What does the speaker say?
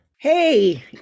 Hey